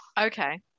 okay